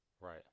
Right